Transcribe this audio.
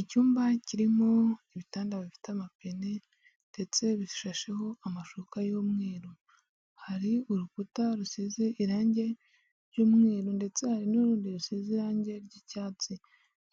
Icyumba kirimo ibitanda bifite amapine ndetse bishasheho amashuka y'umweru, hari urukuta rusize irangi ry'umweru ndetse hari n'urundi rusize irangi ry'icyatsi,